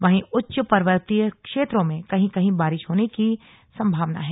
वहीं उच्च पर्वतीय क्षेत्रों में कहीं कहीं बारिश होने की संभावना है